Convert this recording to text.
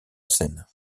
seine